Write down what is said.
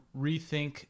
rethink